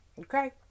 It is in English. Okay